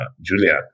Julian